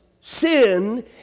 sin